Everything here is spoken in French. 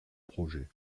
projet